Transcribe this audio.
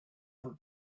for